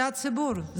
זה הציבור,